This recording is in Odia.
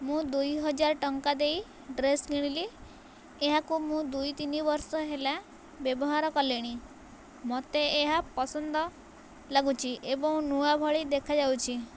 ମୁଁ ଦୁଇହଜାର ଟଙ୍କା ଦେଇ ଡ୍ରେସ୍ କିଣିଲି ଏହାକୁ ମୁଁ ଦୁଇ ତିନିବର୍ଷ ହେଲା ବ୍ୟବହାର କଲିଣି ମୋତେ ଏହା ପସନ୍ଦ ଲାଗୁଛି ଏବଂ ନୂଆ ଭଳି ଦେଖାଯାଉଛି